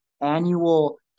annual